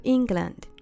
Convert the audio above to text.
England